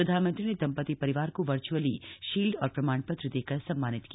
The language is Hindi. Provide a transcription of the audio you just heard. प्रधानमंत्री ने दंपती परिवार को वर्च्अली शील्ड और प्रमाण पत्र देकर सम्मानित किया